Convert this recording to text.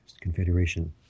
confederation